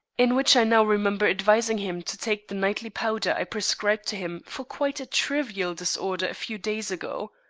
in which i now remember advising him to take the nightly powder i prescribed to him for quite a trivial disorder a few days ago.